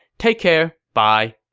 take care, bye